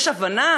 שיש הבנה,